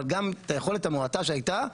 אבל גם היכולת המועטה שהייתה,